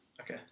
Okay